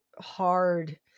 hard